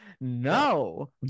no